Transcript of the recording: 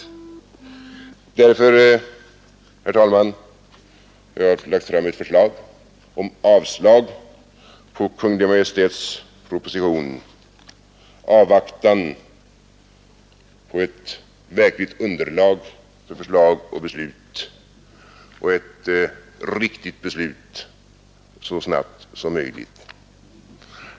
Därför, herr talman, har jag lagt fram förslag om avslag på Kungl. Maj:ts proposition i avvaktan på ett verkligt underlag för förslag och beslut — ett riktigt beslut så snabbt som möjligt.